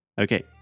Okay